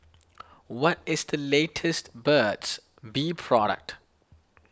what is the latest Burt's Bee product